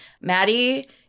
Maddie